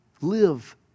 Live